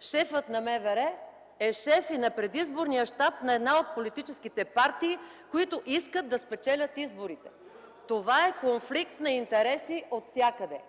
шефът на МВР е шеф и на предизборния щаб на една от политическите партии, които искат да спечелят изборите. Това е конфликт на интереси отвсякъде.